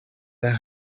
their